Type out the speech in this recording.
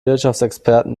wirtschaftsexperten